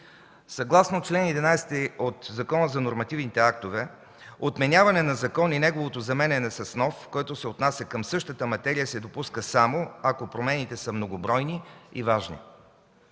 Съгласно чл. 11 от Закона за нормативните актове отменяне на закон и неговото заменяне с нов, който се отнася към същата материя, се допуска само ако промените са многобройни и важни.